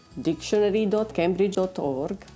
dictionary.cambridge.org